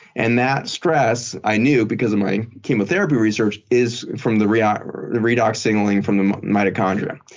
and that stress i knew because of my chemotherapy research is from the redox the redox signaling from the mitochondria.